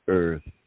earth